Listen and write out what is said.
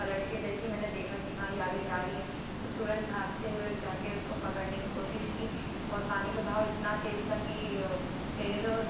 पलट के जैसे ही मैंने देखा कि हाँ ये आगे जा रही है तो तुरंत भागते हुए जा कर उसको पकड़ने की कोशिश की और पानी का बहाव इतना तेज़ था कि पेीर